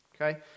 Okay